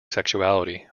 sexuality